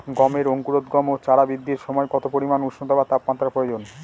গমের অঙ্কুরোদগম ও চারা বৃদ্ধির সময় কত পরিমান উষ্ণতা বা তাপমাত্রা প্রয়োজন?